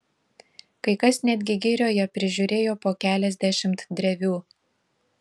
kai kas netgi girioje prižiūrėjo po keliasdešimt drevių